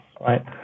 right